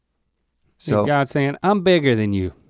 so god saying i'm bigger than you.